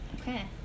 Okay